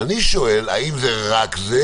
אני שואל: האם זה רק זה